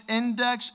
index